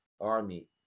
army